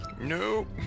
Nope